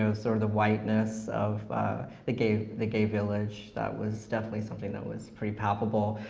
ah sort of the whiteness of the gay the gay village. that was definitely something that was pretty palpable,